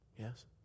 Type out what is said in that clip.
Yes